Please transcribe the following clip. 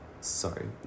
sorry